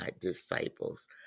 disciples